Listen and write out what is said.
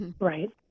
Right